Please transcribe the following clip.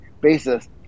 basis